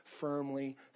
firmly